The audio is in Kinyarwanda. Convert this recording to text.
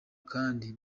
kandi